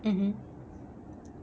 mmhmm